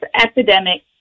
epidemic